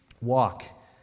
walk